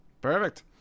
Perfect